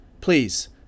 Please